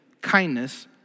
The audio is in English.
kindness